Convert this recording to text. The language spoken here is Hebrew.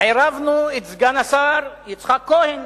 עירבנו את סגן שר האוצר יצחק כהן,